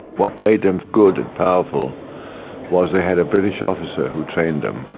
what made them good and powerful was they had a british officer who trained them.